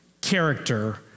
character